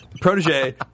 protege